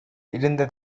இருந்த